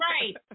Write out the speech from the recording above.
right